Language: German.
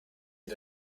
ihr